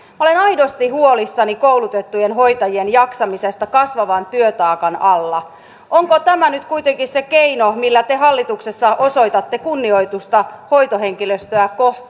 olen aidosti huolissani koulutettujen hoitajien jaksamisesta kasvavan työtaakan alla onko tämä nyt kuitenkin se keino millä te hallituksessa osoitatte kunnioitusta hoitohenkilöstöä kohtaan